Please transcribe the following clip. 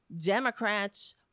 Democrats